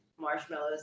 marshmallows